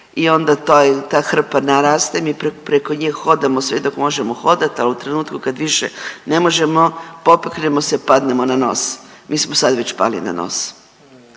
i onda ta hrpa naraste mi preko nje hodamo sve dok možemo hodat, al u trenutku kad više ne možemo popiknemo se padnemo na nos. Mi smo već sad pali na nos,